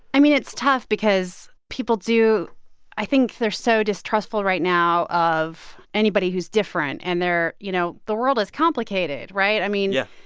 i mean, it's tough because people do i think they're so distrustful right now of anybody who's different. and they're you know, the world is complicated, right? i mean. yeah.